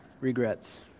regrets